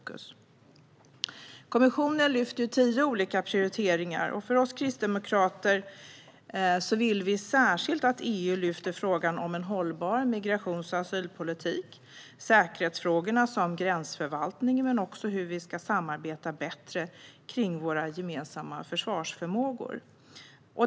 Kommissionen lyfter tio olika prioriteringar, och vi kristdemokrater vill särskilt att EU lyfter frågan om en hållbar migrations och asylpolitik och säkerhetsfrågor som gränsförvaltning, men också hur vi ska samarbeta bättre kring våra gemensamma försvarsförmågor.